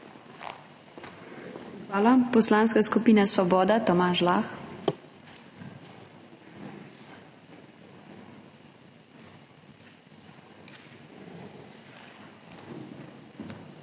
Hvala. Poslanska skupina Svoboda, Tomaž Lah.